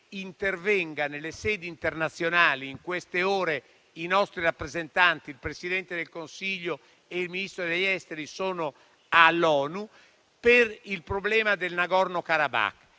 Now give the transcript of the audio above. intervenga nelle sedi internazionali - in queste ore i nostri rappresentanti, il Presidente del Consiglio e il Ministro degli affari esteri sono all'ONU - sul problema del Nagorno-Karabakh.